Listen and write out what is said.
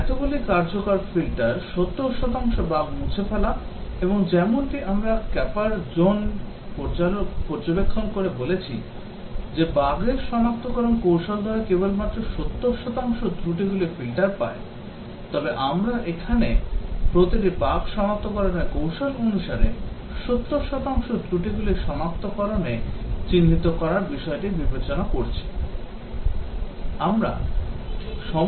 এতগুলি কার্যকর ফিল্টার 70 শতাংশ বাগ মুছে ফেলা এবং যেমনটি আমরা ক্যাপার জোন পর্যবেক্ষণ করে বলেছি যে বাগের সনাক্তকরণের কৌশল দ্বারা কেবল 70 শতাংশ ত্রুটিগুলি ফিল্টার পায় তবে আমরা এখানে প্রতিটি বাগ সনাক্তকরণের কৌশল অনুসারে 70 শতাংশ ত্রুটিগুলি সনাক্তকরণে চিহ্নিত করার বিষয়টি বিবেচনা করছি